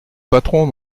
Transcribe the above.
patrons